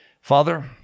Father